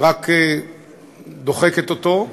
רק דוחקת אותו,